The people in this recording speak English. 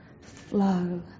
flow